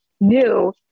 new